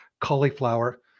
cauliflower